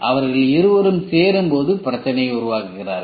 அவர்கள் இருவரும் சேரும்போது பிரச்சனையை உருவாக்குகிறார்கள்